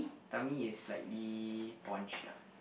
tummy is slightly ponch ah